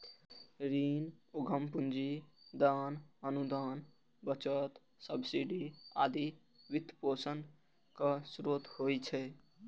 ऋण, उद्यम पूंजी, दान, अनुदान, बचत, सब्सिडी आदि वित्तपोषणक स्रोत होइ छै